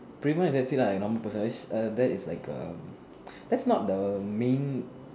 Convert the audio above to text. prima and that's it lah you know that is like a that's not the main